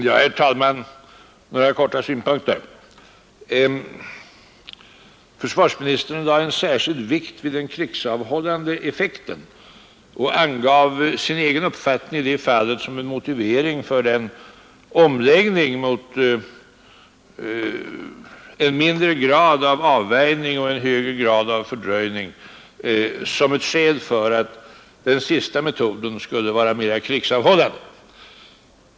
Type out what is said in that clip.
Herr talman! Bara ett par synpunkter. Försvarsministern lade en särskild vikt vid den krigsavhållande effekten. Han angav sin egen uppfattning i det fallet som en motivering för en omläggning mot en mindre grad av avvärjning och en högre grad av fördröjning och förmenade att den sistnämnda metoden skulle vara mera krigsavhållande.